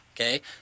Okay